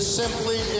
simply